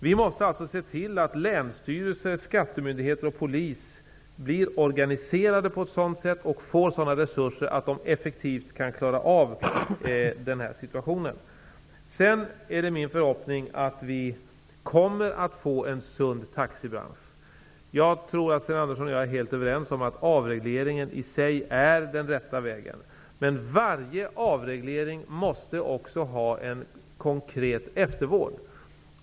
Vi måste se till att länsstyrelser, skattemyndigheter och polis blir organiserade på ett sådant sätt och får sådana resurser att de effektivt kan klara situationen. Det är min förhoppning att vi kommer att få en sund taxibransch. Jag tror att Sten Andersson och jag är helt överens om att avregleringen i sig är den rätta vägen. Men varje avreglering måste ha en konkret eftervård.